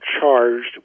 charged